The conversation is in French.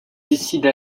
décide